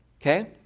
Okay